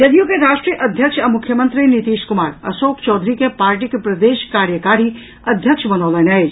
जदयू के राष्ट्रीय अध्यक्ष आ मुख्यमंत्री नीतीश कुमार अशोक चौधरी के पार्टीक प्रदेश कार्यकारी अध्यक्ष बनौलनि अछि